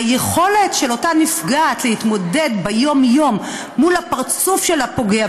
היכולת של אותה נפגעת להתמודד ביום-יום מול הפרצוף של הפוגע,